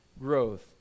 growth